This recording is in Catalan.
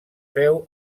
féu